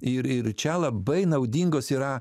ir ir čia labai naudingos yra